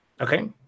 okay